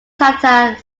satire